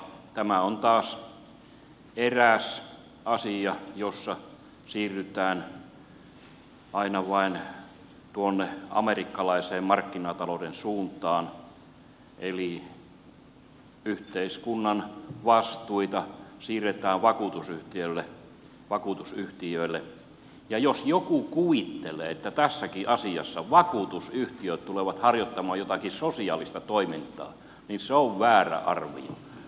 tämä on taas eräs asia jossa siirrytään aina vain tuonne amerikkalaisen markkinatalouden suuntaan eli yhteiskunnan vastuita siirretään vakuutusyhtiöille ja jos joku kuvittelee että tässäkin asiassa vakuutusyhtiöt tulevat harjoittamaan jotakin sosiaalista toimintaa niin se on väärä arvio